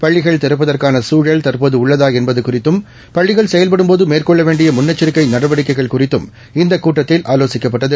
பள்ளிகள் திறப்பதற்கான சூழல் தற்போது உள்ளதா என்பது குறித்தும் பள்ளிகள் செயல்படும்போது மேற்கொள்ள வேண்டிய முன்னெச்சிக்கை நடவடிக்கைகள் குறித்தும் இந்த கூட்டத்தில் ஆலோசிக்கப்பட்டது